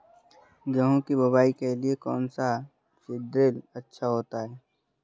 गेहूँ की बुवाई के लिए कौन सा सीद्रिल अच्छा होता है?